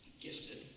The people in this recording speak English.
gifted